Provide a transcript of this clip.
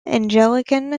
anglican